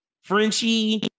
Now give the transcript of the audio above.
Frenchie